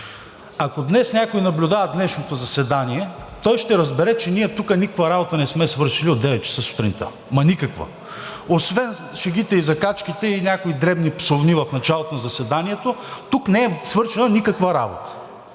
Ако някой наблюдава днешното заседание, той ще разбере, че ние тук никаква работа не сме свършили от 9,00 ч. сутринта. Ама никаква! Освен шегите и закачките и някои дребни псувни в началото на заседанието, тук не е свършена никаква работа.